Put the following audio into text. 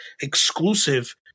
exclusive